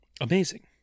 Amazing